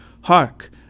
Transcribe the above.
Hark